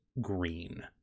green